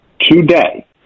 today